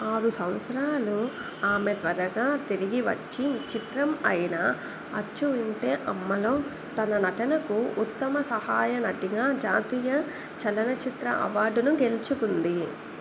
ఆరు సంవత్సరాలు ఆమె త్వరగా తిరిగి వచ్చి చిత్రం అయిన అచ్చు వింటే అమ్మలో తన నటనకు ఉత్తమ సహాయ నటిగా జాతీయ చలన చిత్ర అవార్డును గెలుచుకుంది